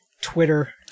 Twitter